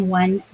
one